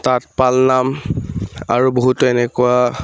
তাত পাল নাম আৰু বহুতো এনেকুৱা